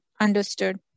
Understood